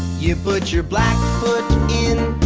you put your black foot in,